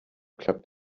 klappt